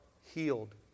healed